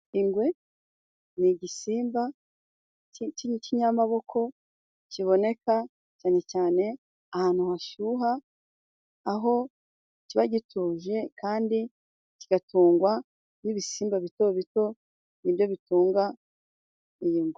Ingwe ni igisimba cy'ikinyamaboko kiboneka cyane cyane ahantu hashyuha, aho kiba gituje kandi kigatungwa n'ibisimba bito bito, ni byo bitunga iyi ngwe.